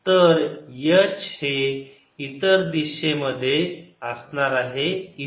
तर H हे इतर दिशेमध्ये असणार आहे इथे